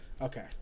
Okay